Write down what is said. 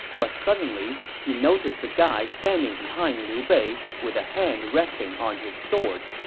but suddenly, he noticed the guy standing behind liu bei with a hand resting on his sword.